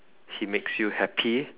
he makes you happy